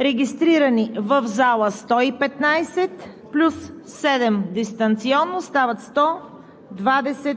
Регистрирани в залата 115, плюс 7 дистанционно стават 122,